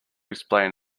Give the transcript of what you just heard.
explain